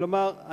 כלומר,